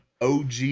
OG